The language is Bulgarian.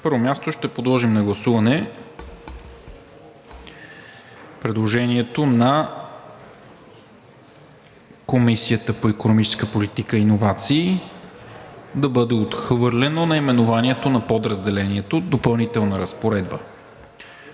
На първо място, ще подложа на гласуване предложението на Комисията по икономическа политика и иновации да бъде отхвърлено наименованието на Подразделението „Допълнителна разпоредба“.